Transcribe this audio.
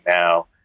now